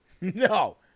No